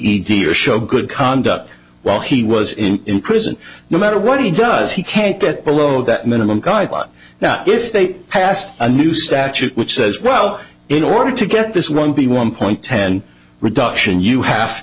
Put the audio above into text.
ged or show good conduct while he was in in prison no matter what he does he can't get below that minimum guideline now if they passed a new statute which says well in order to get this one b one point ten reduction you have